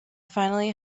finally